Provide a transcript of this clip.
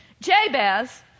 Jabez